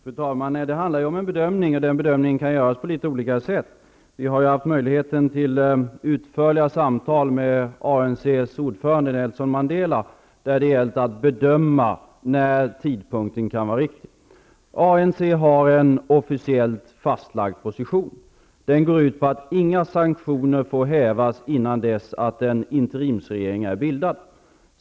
Fru talman! Det handlar om en bedömning, och bedömningar kan göras på litet olika sätt. Vi har haft möjligheten till utförliga samtal med ANC:s ordförande Nelson Mandela där det gällt att bedöma vilken tidpunkt som kan vara riktig. ANC har en officiellt fastlagd position. Den går ut på att inga sanktioner får hävas förrän en interimsregering har bildats.